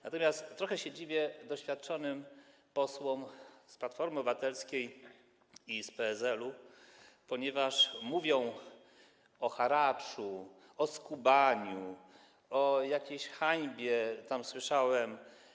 Natomiast trochę dziwię się doświadczonym posłom z Platformy Obywatelskiej i PSL, ponieważ mówią o haraczu, o skubaniu, o jakiejś hańbie tam słyszałem.